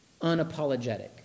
unapologetic